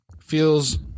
Feels